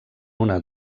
una